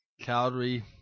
Calgary